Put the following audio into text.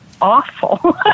awful